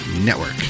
Network